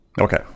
Okay